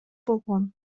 болгон